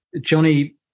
Johnny